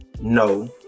no